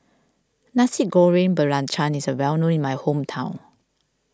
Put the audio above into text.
Nasi Goreng Belacan is well known in my hometown